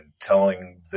telling